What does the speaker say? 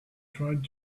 tried